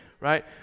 right